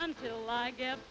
until i get